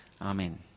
Amen